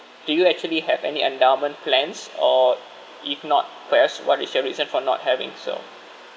do you actually have any endowment plans or if not per as what is your reason for not having so